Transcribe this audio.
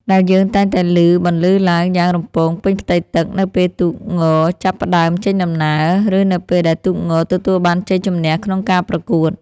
ដែលយើងតែងតែឮបន្លឺឡើងយ៉ាងរំពងពេញផ្ទៃទឹក នៅពេលទូកងចាប់ផ្តើមចេញដំណើរ ឬនៅពេលដែលទូកងទទួលបានជ័យជំនះក្នុងការប្រកួត។